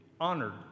honored